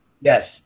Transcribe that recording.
Yes